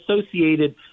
associated